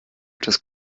etwas